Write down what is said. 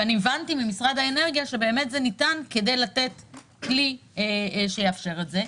והבנתי ממשרד האנרגיה שזה ניתן כדי לתת כלי שיאפשר את זה.